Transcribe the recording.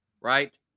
right